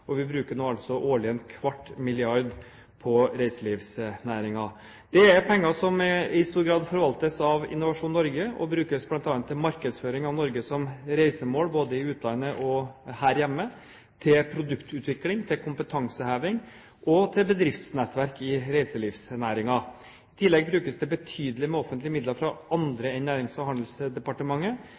Vi bruker nå årlig en kvart milliard kr på reiselivsnæringen. Det er penger som i stor grad forvaltes av Innovasjon Norge, og brukes bl.a. til markedsføring av Norge som reisemål både i utlandet og her hjemme, til produktutvikling, kompetanseheving og bedriftsnettverk i reiselivsnæringen. I tillegg brukes det betydelig med offentlige midler fra andre enn Nærings- og handelsdepartementet.